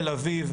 תל אביב,